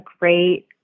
great